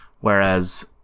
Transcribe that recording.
whereas